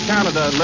Canada